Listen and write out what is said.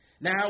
Now